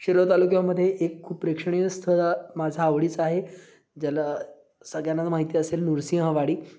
शिरवळ तालुक्यामध्ये एक खूप प्रेक्षणीय स्थळ माझा आवडीचा आहे ज्याला सगळ्यांना माहिती असेल नृसिंहवाडी